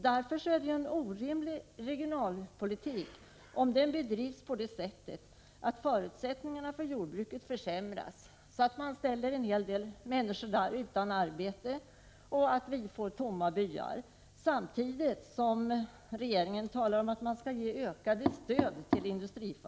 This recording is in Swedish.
Därför är det ju en orimlig regionalpolitik, om den bedrivs på det sättet att förutsättningarna för jordbruket försämras, så att man ställer många människor utan arbete och vi får tomma byar, samtidigt som regeringen talar om att man skall ge ökat stöd till industrifö